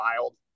wild